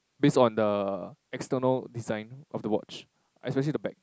based on the external design of the watch especially the back